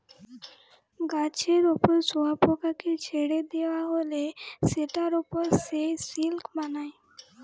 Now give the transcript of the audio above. গাছের উপর শুয়োপোকাকে ছেড়ে দিয়া হলে সেটার উপর সে সিল্ক বানায়